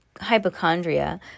hypochondria